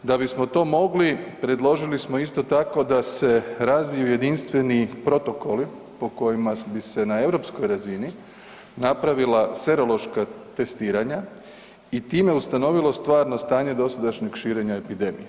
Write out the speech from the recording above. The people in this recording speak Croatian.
Da bismo to mogli predložili smo isto tako da se razviju jedinstveni protokoli po kojima bi se na europskoj razini napravila serološka testiranja i time ustanovilo stvarno stanje dosadašnjeg širenja epidemije.